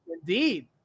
Indeed